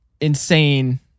insane